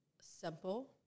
simple